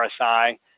RSI